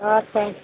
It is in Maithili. अच्छा